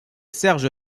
serge